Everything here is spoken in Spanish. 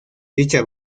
dicha